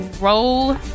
roll